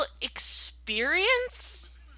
experience